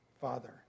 Father